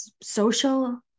social